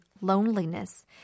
loneliness